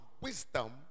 wisdom